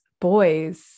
boys